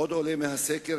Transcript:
עוד עולה מהסקר,